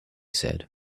said